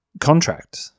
contract